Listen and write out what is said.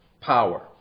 power